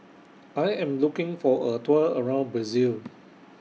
I Am looking For A Tour around Brazil